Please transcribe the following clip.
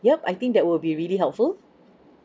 yup I think that will be really helpful